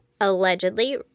allegedly